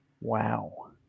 Wow